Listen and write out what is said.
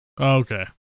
Okay